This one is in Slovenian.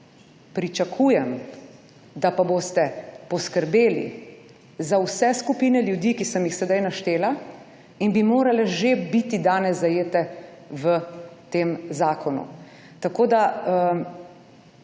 pričakujem, da pa boste poskrbeli za vse skupine ljudi, ki sem jih sedaj naštela in bi morale že biti danes zajete v tem zakonu. Tako da,